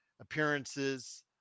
appearances